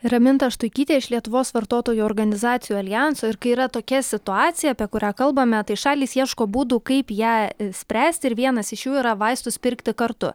raminta štuikytė iš lietuvos vartotojų organizacijų aljanso ir kai yra tokia situacija apie kurią kalbame tai šalys ieško būdų kaip ją spręsti ir vienas iš jų yra vaistus pirkti kartu